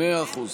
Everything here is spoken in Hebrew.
מאה אחוז.